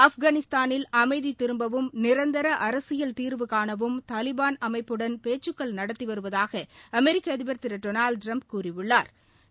ஆப்கானிஸ்தானில் அமைதி திரும்பவும் நிரந்தர அரசியல் தீர்வுகாணவும் தாலிபான் அமைப்புடன் பேச்சுக்கள் நடத்தி வருவதாக அமெிக்க அதிபர் திரு டொனால்டு ட்டிரம்ப் கூறியுள்ளா்